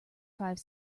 five